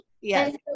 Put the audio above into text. Yes